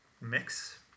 mix